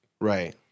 Right